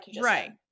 Right